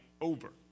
over